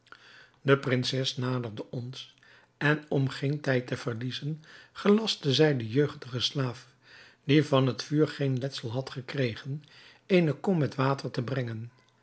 de prinses naderde ons en om geen tijd te verliezen gelastte zij den jeugdigen slaaf die van het vuur geen letsel had gekregen eene kom met water te brengen